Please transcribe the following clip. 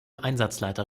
einsatzleiter